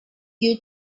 you